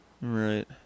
Right